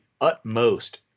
utmost